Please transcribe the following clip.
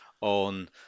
on